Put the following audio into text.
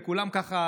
וכולם ככה